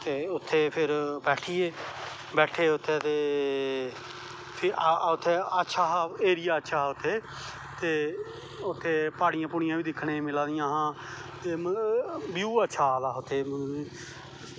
ते उत्थें फिर बैठी गे बैठे उत्थें ते फिर उत्थें अच्छा हा एरिया अच्छा हा उत्थें ते उत्थें प्हाड़ियां प्हूड़ियां बी दिक्खनें गी मिला दियां हां ते ब्यू अच्छ आ आ दा हा उत्थें